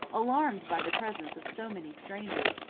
alarmed by the presence of so many strangers,